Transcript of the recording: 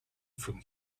from